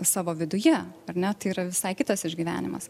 savo viduje ar ne tai yra visai kitas išgyvenimas